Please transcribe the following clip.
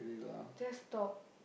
just talk